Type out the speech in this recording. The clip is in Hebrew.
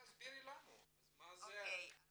אז תסבירי לנו מה זה ההנגשה.